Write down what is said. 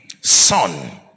Son